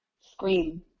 Scream